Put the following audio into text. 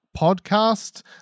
Podcast